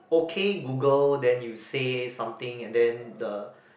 okay Google then you say something and then the